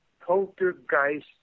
poltergeist